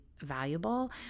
valuable